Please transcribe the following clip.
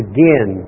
Again